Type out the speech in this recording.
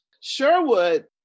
Sherwood